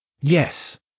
Yes